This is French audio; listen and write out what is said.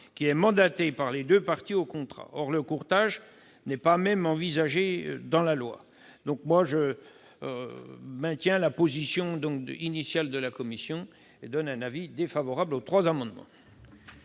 qui est mandaté par les deux parties au contrat. Or le courtage n'est même pas envisagé dans le projet de loi. Je maintiens donc la position initiale de la commission, et j'émets un avis défavorable sur les trois amendements.